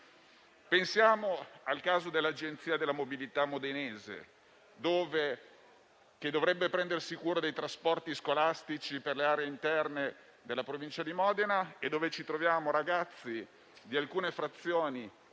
Pensiamo al caso dell'Agenzia per la mobilità di Modena, che dovrebbe prendersi cura dei trasporti scolastici per le aree interne della Provincia di Modena, dove i ragazzi di alcune frazioni